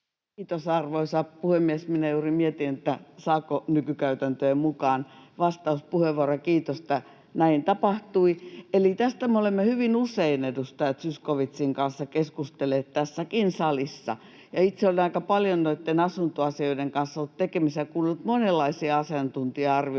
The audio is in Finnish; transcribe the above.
Kiitos, arvoisa puhemies! Minä juuri mietin, saako nykykäytäntöjen mukaan vastauspuheenvuoroja — kiitos, että näin tapahtui. Tästä me olemme hyvin usein edustaja Zyskowiczin kanssa keskustelleet tässäkin salissa, ja itse olen aika paljon noitten asuntoasioiden kanssa ollut tekemisissä ja kuunnellut monenlaisia asiantuntija-arvioita